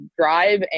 drive